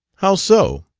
how so?